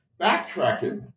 backtracking